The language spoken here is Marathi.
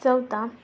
चौथा